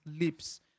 lips